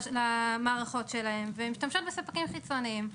למערכות שלהם והן משתמשות בספקים חיצוניים.